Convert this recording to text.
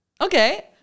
Okay